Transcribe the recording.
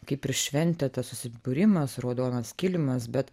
kaip ir šventė tas susibūrimas raudonas kilimas bet